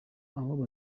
aho